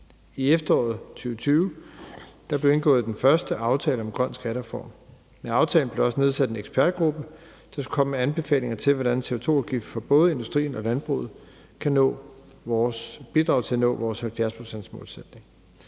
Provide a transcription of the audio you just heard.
I efteråret 2020 blev den første aftale om grøn skattereform indgået. Med aftalen blev der også nedsat en ekspertgruppe, der skulle komme med anbefalinger til, hvordan CO2-afgift for både industrien og landbruget kan bidrage til at nå vores 70-procentsmålsætning.